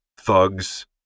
thugs